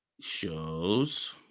shows